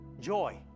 joy